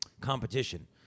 competition